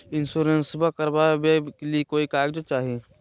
इंसोरेंसबा करबा बे ली कोई कागजों चाही?